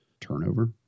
turnover